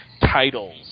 titles